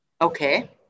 Okay